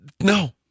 No